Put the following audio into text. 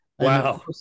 Wow